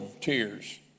tears